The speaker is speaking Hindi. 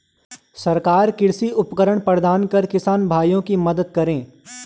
सरकार कृषि उपकरण प्रदान कर किसान भाइयों की मदद करें